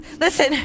Listen